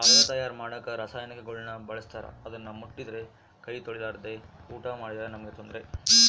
ಕಾಗದ ತಯಾರ ಮಾಡಕ ರಾಸಾಯನಿಕಗುಳ್ನ ಬಳಸ್ತಾರ ಅದನ್ನ ಮುಟ್ಟಿದ್ರೆ ಕೈ ತೊಳೆರ್ಲಾದೆ ಊಟ ಮಾಡಿದ್ರೆ ನಮ್ಗೆ ತೊಂದ್ರೆ